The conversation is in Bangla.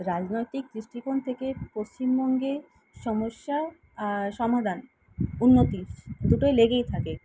রাজনৈতিক দৃষ্টিকোণ থেকে পশ্চিমবঙ্গে সমস্যা আর সমাধান উন্নতি দুটোই লেগেই থাকে